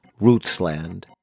Rootsland